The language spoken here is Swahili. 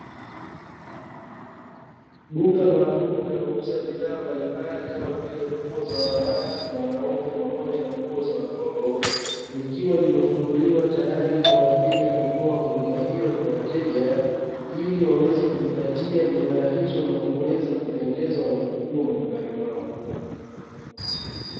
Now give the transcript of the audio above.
Duka maalumu linalouza bidhaa mbalimbali kama vile nguo za wanawake, za wanaume pamoja na nguo za watoto; likiwa limefunguliwa tayari kwa ajili ya kutoa huduma hiyo kwa wateja, ili waweze kujipatia bidhaa hizo na kuweza kupendeza wanapokuwa manyumbani mwao.